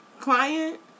client